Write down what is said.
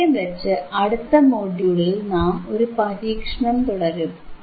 ഇത്രയും വച്ച് അടുത്ത മൊഡ്യൂളിൽ നാം ഒരു പരീക്ഷണം തുടരും